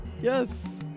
Yes